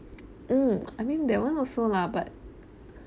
mm I mean that [one] also lah but